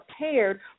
prepared